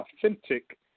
authentic